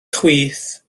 chwith